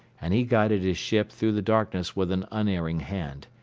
and he guided his ship through the darkness with an unerring hand.